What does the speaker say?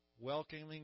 welcoming